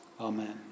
Amen